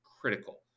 critical